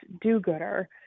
do-gooder